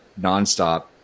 nonstop